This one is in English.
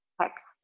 text